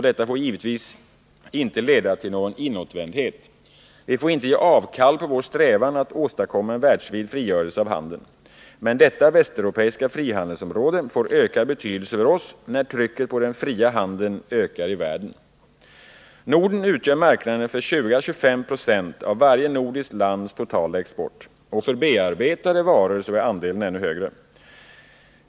Detta får givetvis inte leda till någon inåtvändhet. Vi får inte ge avkall på vår strävan att åstadkomma en världsvid frigörelse av handeln. Men detta västeuropeiska frihandelsområde får ökad betydelse för oss när trycket på den fria handeln ökar i världen. Norden utgör marknaden för 20-25 26 av varje nordiskt lands totala export. För bearbetade varor är andelen ännu högre.